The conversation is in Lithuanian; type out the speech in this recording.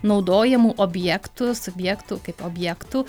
naudojamų objektų subjektų kaip objektų